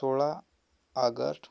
सोळा आगष्ट